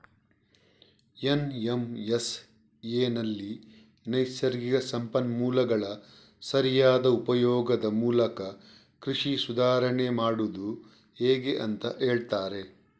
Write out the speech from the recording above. ಎನ್.ಎಂ.ಎಸ್.ಎನಲ್ಲಿ ನೈಸರ್ಗಿಕ ಸಂಪನ್ಮೂಲಗಳ ಸರಿಯಾದ ಉಪಯೋಗದ ಮೂಲಕ ಕೃಷಿ ಸುಧಾರಾಣೆ ಮಾಡುದು ಹೇಗೆ ಅಂತ ಹೇಳ್ತಾರೆ